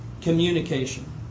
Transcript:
Communication